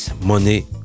Money